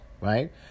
right